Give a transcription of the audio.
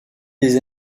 les